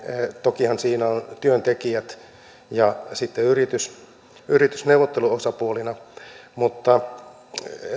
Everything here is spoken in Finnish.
tokihan siinä ovat työntekijät ja sitten yritys yritys neuvotteluosapuolina mutta